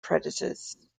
predators